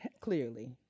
clearly